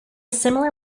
similar